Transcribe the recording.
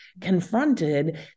confronted